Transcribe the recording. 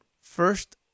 first